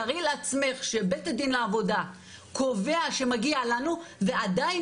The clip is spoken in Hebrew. תארי לעצמך שבית הדין לעבודה קובע שמגיע לנו ועדיין